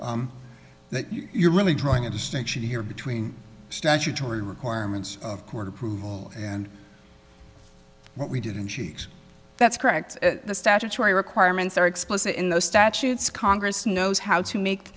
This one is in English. that you're really drawing a distinction here between statutory requirements of court approval and we didn't cheat that's correct the statutory requirements are explicit in the statutes congress knows how to make